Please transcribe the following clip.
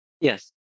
Yes